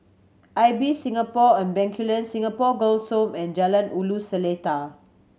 Ibis Singapore and Bencoolen Singapore Girls' Home and Jalan Ulu Seletar